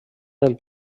del